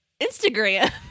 Instagram